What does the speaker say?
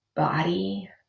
body